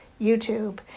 YouTube